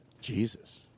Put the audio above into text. Jesus